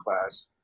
class